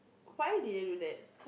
why didn't do that